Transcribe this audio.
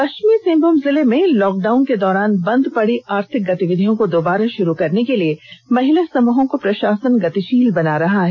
पश्चिमी सिंहभूम जिले में लॉकडाउन के दौरान बंद पड़ी आर्थिक गतिविधियों को दोबारा शुरू करने के लिए महिला समूहों को प्रशासन गतिशील बना रहा है